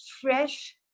fresh